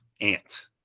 Ant